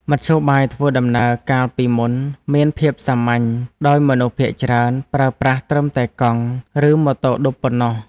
មធ្យោបាយធ្វើដំណើរកាលពីមុនមានភាពសាមញ្ញដោយមនុស្សភាគច្រើនប្រើប្រាស់ត្រឹមតែកង់ ឬម៉ូតូឌុបប៉ុណ្ណោះ។